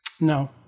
No